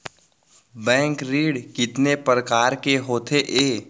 Bank ऋण कितने परकार के होथे ए?